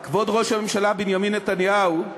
כבוד ראש הממשלה בנימין נתניהו,